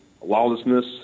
lawlessness